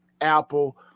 Apple